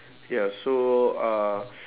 ya so uh